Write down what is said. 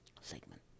segment